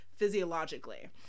Physiologically